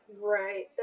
Right